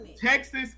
Texas